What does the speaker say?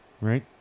right